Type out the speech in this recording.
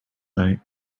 night